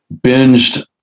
binged